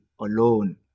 alone